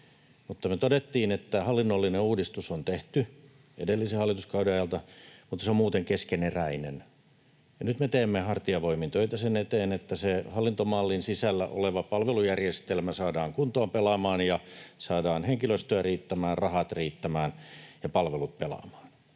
todettiin, että hallinnollinen uudistus on tehty edellisen hallituskauden aikana, mutta se on muuten keskeneräinen ja nyt me teemme hartiavoimin töitä sen eteen, että se hallintomallin sisällä oleva palvelujärjestelmä saadaan kuntoon, pelaamaan, ja saadaan henkilöstö riittämään, rahat riittämään ja palvelut pelaamaan.